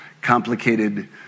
complicated